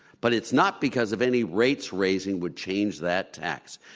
but it's not because of any rates raising would change that tax.